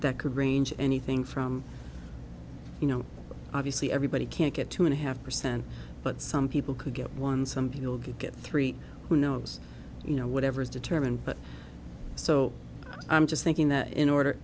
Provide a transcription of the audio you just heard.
that could range anything from you know obviously everybody can't get two and a half percent but some people could get one some people get three who knows you know whatever is determined but so i'm just thinking that in order